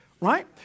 right